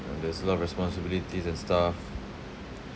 there's a lot of responsibilities and stuff